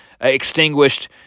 extinguished –